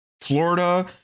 Florida